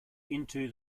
into